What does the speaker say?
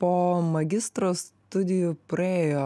po magistro studijų praėjo